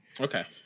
okay